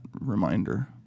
reminder